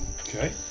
Okay